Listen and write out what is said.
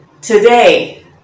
Today